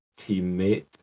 teammate